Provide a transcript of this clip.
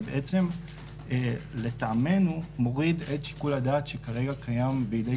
זה בעצם לטעמנו מוריד את שיקול הדעת שכרגע קיים בידי